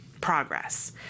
progress